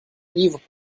livres